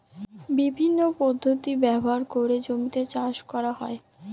বিভিন্ন পদ্ধতি ব্যবহার করে জমিতে চাষ করা হয়